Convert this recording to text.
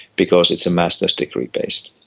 because it's master's degree-based.